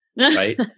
right